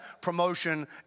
promotion